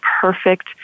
perfect